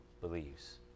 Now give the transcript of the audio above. believes